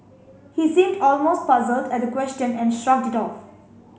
he seemed almost puzzled at the question and shrugged it off